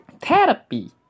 Therapy